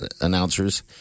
announcers